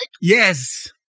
Yes